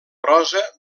prosa